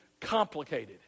complicated